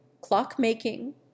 clock-making